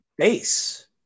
space